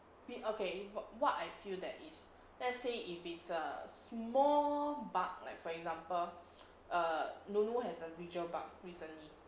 okay what I feel that is let's say if it's a small but like for example nunu has a visual bug recently